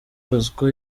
bosco